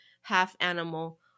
half-animal